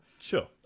sure